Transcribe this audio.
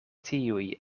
tiuj